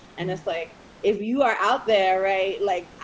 and it's like if you are out there. right. like,